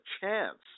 chance